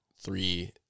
three